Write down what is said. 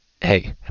hey